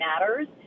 matters